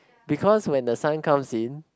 because when the sun comes in